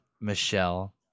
Michelle